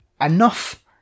enough